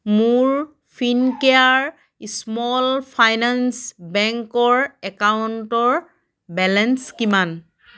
মোৰ Fincare small finance বেংকৰ একাউণ্টৰ বেলেঞ্চ কিমান